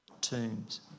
tombs